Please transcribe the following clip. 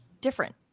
different